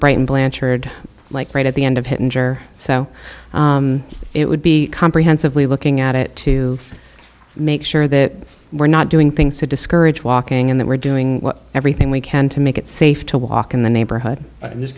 brighton blanchard like right at the end of it injure so it would be comprehensively looking at it to make sure that we're not doing things to discourage walking and that we're doing everything we can to make it safe to walk in the neighborhood and this